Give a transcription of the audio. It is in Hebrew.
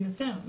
ביותר.